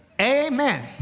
amen